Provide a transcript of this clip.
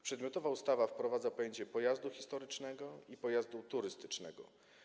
Przedmiotowa ustawa wprowadza pojęcie pojazdu historycznego i pojazdu turystycznego.